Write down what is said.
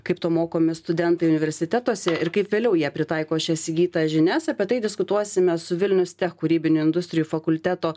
kaip to mokomi studentai universitetuose ir kaip vėliau jie pritaiko šias įgytas žinias apie tai diskutuosime su vilnius tech kūrybinių industrijų fakulteto